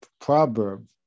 proverb